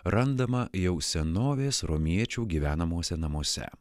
randama jau senovės romiečių gyvenamuose namuose